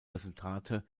resultate